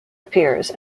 appears